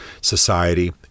society